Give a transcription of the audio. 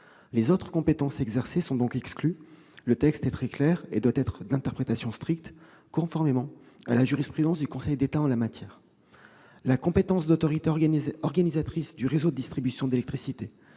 Les autres compétences exercées sont donc exclues. Le texte est très clair, et doit être d'interprétation stricte, conformément à la jurisprudence du Conseil d'État en la matière. Dans ce cas ... La compétence d'autorité organisatrice du réseau de distribution d'électricité